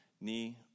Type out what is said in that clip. knee